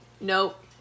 Nope